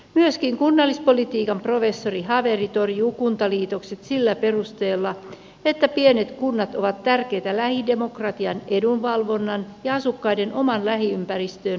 myöskin kunnallispolitiikan professori haveri torjuu kuntaliitokset sillä perusteella että pienet kunnat ovat tärkeitä lähidemokratian edunvalvonnan ja asukkaiden omaan lähiympäristöön vaikuttamisen vuoksi